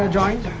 ah joint